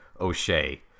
O'Shea